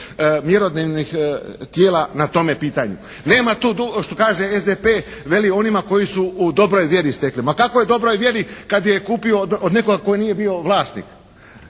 mjerodavnih tijela na tome pitanju. Nema tu što kaže SDP veli, onima koji su u dobroj vjeri stekli. Ma kakvoj dobroj vjeri kad je kupio od nekoga tko nije bio vlasnik.